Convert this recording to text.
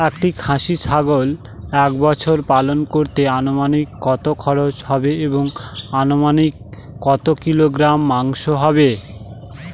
একটি খাসি ছাগল এক বছর পালন করতে অনুমানিক কত খরচ হবে এবং অনুমানিক কত কিলোগ্রাম মাংস হবে?